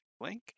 link